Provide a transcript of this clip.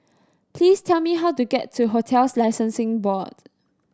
please tell me how to get to Hotels Licensing Board